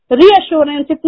reassurance